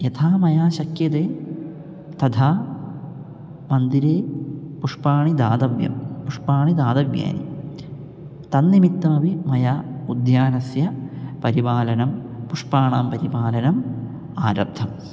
यथा मया शक्यते तथा मन्दिरे पुष्पाणि दातव्यं पुष्पाणि दातव्यानि तन्निमित्तापि मया उद्यानस्य परिपालनं पुष्पाणां परिपालनम् आरब्धम्